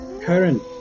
current